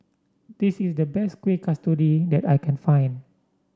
this is the best Kueh Kasturi that I can find